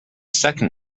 second